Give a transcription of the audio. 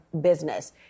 business